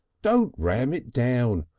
don't ram it down.